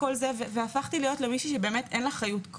והפכתי להיות מישהי שאין לה חיות.